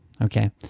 Okay